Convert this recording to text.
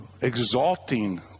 exalting